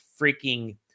freaking